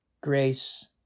grace